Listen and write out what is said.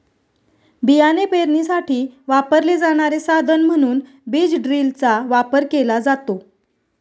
बियाणे पेरणीसाठी वापरले जाणारे साधन म्हणून बीज ड्रिलचा वापर केला जातो